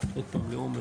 ועוד פעם לעמר,